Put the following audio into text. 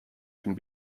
can